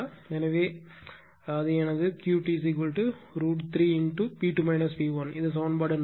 எனவே அது எனது Q T √ 3 P2 P1 இது சமன்பாடு 4